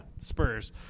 spurs